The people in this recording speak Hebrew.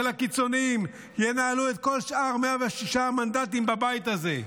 הקיצוניים ינהלו את כל שאר 106 המנדטים בבית הזה.